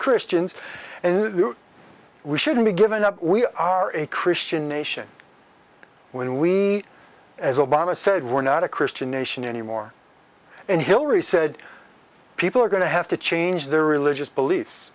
christians and we shouldn't be given up we are a christian nation when we as obama said we're not a christian nation anymore and hillary said people are going to have to change their religious beliefs